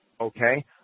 Okay